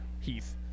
Heath